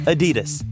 Adidas